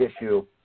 issue